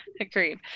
Agreed